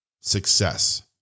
success